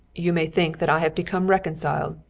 you may think that i have become reconciled,